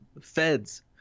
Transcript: Feds